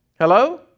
Hello